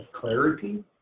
clarity